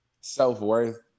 self-worth